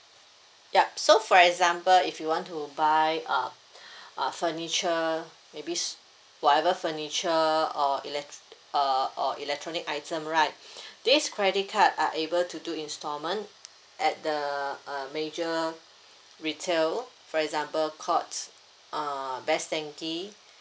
yup so for example if you want to buy a a furniture maybe whatever furniture uh elec~ uh or electronic item right this credit card are able to do installment at the uh major retail for example Courts uh Best Denki